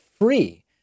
free